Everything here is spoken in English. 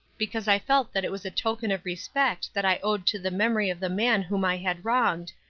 because i felt that it was a token of respect that i owed to the memory of the man whom i had wronged,